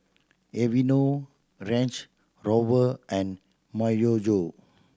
Aveeno Range Rover and Myojo